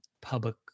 public